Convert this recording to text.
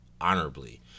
honorably